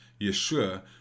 Yeshua